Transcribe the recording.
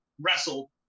wrestled